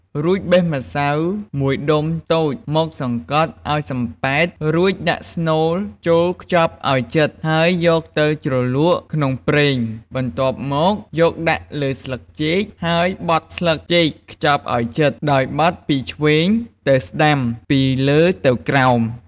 រួចបេះម្សៅមួយដុំតូចមកសង្កត់ឱ្យសំប៉ែត រួចដាក់ស្នូលចូលខ្ចប់ឱ្យជិត ហើយយកទៅជ្រលក់ក្នុងប្រេង បន្ទាប់មកយកដាក់លើស្លឹកចេកហើយបត់ស្លឹកចេកខ្ចប់ឱ្យជិត ដោយបត់ពីឆ្វេងទៅស្តាំ ពីលើទៅក្រោម។